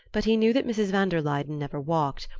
but he knew that mrs. van der luyden never walked,